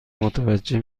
متوجه